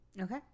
Okay